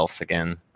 again